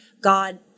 God